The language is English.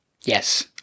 Yes